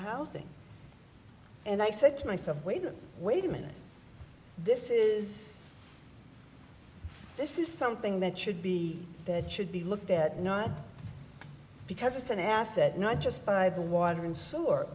housing and i said to myself wait wait a minute this is this is something that should be that should be looked at not because it's an asset not just by the water and sewer